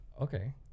Okay